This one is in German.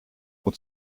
und